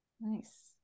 nice